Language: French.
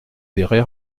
verrez